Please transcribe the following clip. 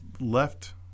left